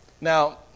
Now